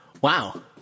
wow